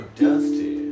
dusty